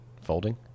folding